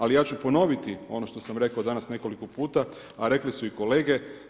Ali, ja ću ponoviti, ono što sam rekao danas nekoliko puta, a rekli su i kolege.